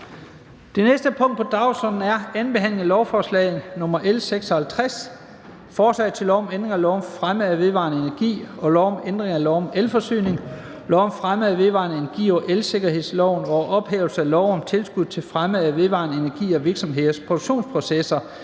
Det næste punkt på dagsordenen er: 18) 2. behandling af lovforslag nr. L 56: Forslag til lov om ændring af lov om fremme af vedvarende energi og lov om ændring af lov om elforsyning, lov om fremme af vedvarende energi og elsikkerhedsloven og om ophævelse af lov om tilskud til fremme af vedvarende energi i virksomheders produktionsprocesser.